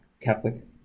Catholic